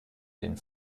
den